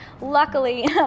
Luckily